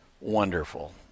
wonderful